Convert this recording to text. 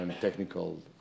technical